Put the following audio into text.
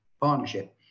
partnership